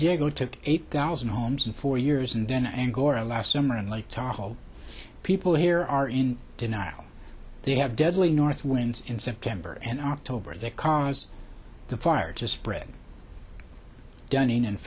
diego took eight thousand homes in four years and then angora last summer and like to hold people here are in denial they have deadly northwinds in september and october that cause the fire to spread dunning and